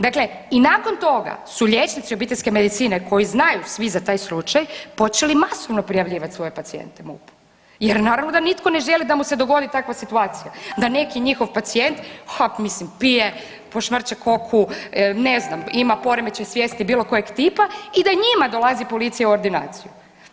Dakle i nakon toga su liječnici obiteljske medicine koji znaju svi za taj slučaj počeli masovno prijavljivati svoje pacijente MUP-u, jer naravno da nitko ne želi da mu se dogodi takva situacija, da neki njihov pacijent ha mislim pije, posmrče koku, ne znam ima poremećaj svijesti bilo kojeg tipa i da njima dolazi policija u ordinaciju.